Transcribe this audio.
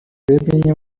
ببینیم